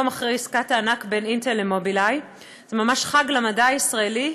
יום אחרי עסקת הענק בין "אינטל" ל"מובילאיי"; ממש חג למדע הישראלי.